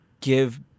give